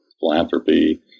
philanthropy